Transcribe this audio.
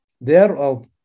thereof